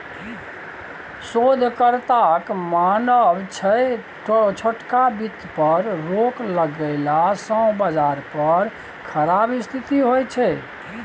शोधकर्ताक मानब छै छोटका बित्त पर रोक लगेला सँ बजार पर खराब स्थिति होइ छै